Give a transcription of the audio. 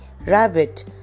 rabbit